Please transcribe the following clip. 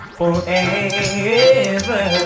forever